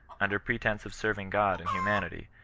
under pretence of serving god and humanity,